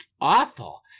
awful